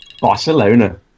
Barcelona